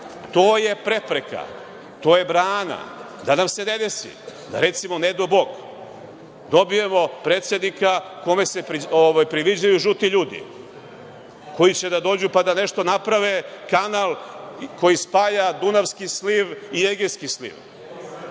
To je prepreka. To je brana. Da nam se ne desi, ne dao Bog, recimo da dobijemo predsednika kome se priviđaju žuti ljudi, koji će da dođu pa da nešto naprave, kanal koji spaja Dunavski sliv i Egejski sliv,